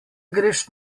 greš